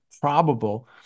probable